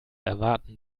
erwarten